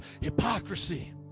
hypocrisy